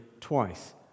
twice